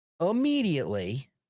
immediately